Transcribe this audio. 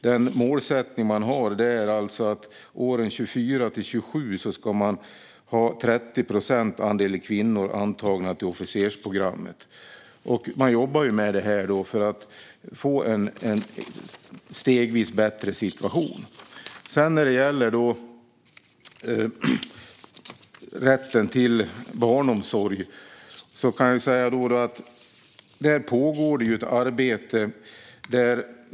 Den målsättning man har är att under åren 2024-2027 ska andelen kvinnor som antas till officersprogrammet ligga på 30 procent. Man jobbar med detta för att få en stegvis bättre situation. Vad gäller rätten till barnomsorg pågår ett arbete.